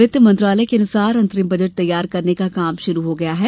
वित्त मंत्रालय के अनुसार अंतरिम बजट तैयार करने का काम शुरू हो गया है